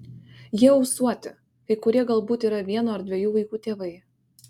jie ūsuoti kai kurie galbūt yra vieno ar dviejų vaikų tėvai